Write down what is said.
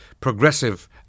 progressive